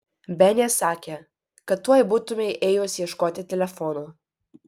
benė sakė kad tuoj būtumei ėjus ieškoti telefono